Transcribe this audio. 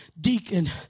deacon